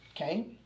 Okay